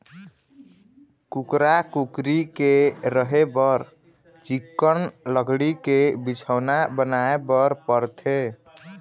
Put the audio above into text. कुकरा, कुकरी के रहें बर चिक्कन लकड़ी के बिछौना बनाए बर परथे